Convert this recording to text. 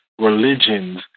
religions